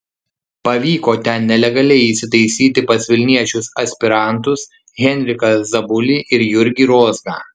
pavyko ten nelegaliai įsitaisyti pas vilniečius aspirantus henriką zabulį ir jurgį rozgą